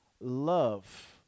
love